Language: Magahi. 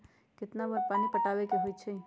कितना बार पानी पटावे के होई छाई?